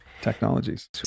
technologies